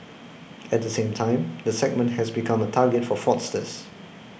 at the same time the segment has become a target for fraudsters